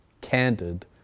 candid